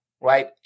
Right